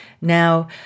Now